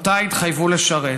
שאותה התחייבו לשרת.